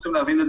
צריך להבין,